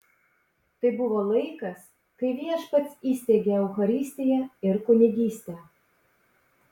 tai buvo laikas kai viešpats įsteigė eucharistiją ir kunigystę